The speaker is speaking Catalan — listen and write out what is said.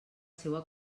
seua